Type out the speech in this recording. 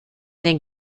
den